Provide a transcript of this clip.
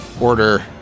order